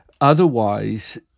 Otherwise